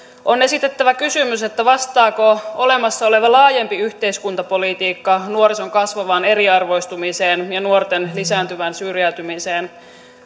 on esitettävä kysymys vastaako olemassa oleva laajempi yhteiskuntapolitiikka nuorison kasvavaan eriarvoistumiseen ja nuorten lisääntyvään syrjäytymiseen